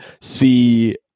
See